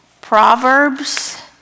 Proverbs